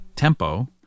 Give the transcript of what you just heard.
tempo